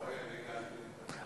אני ביקשתי.